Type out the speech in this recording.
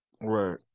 Right